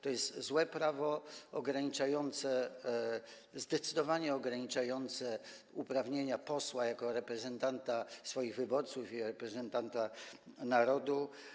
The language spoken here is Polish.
To jest złe prawo, ograniczające, zdecydowanie ograniczające uprawnienia posła jako reprezentanta swoich wyborców i reprezentanta narodu.